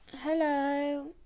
hello